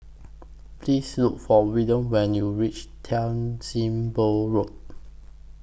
Please Look For Wiliam when YOU REACH Tan SIM Boh Road